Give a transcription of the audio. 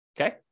Okay